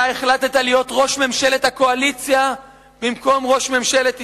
אתה החלטת להיות ראש ממשלת הקואליציה במקום להיות ראש ממשלת ישראל.